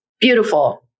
beautiful